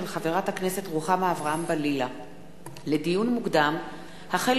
של חבר הכנסת זאב אלקין וקבוצת חברי הכנסת,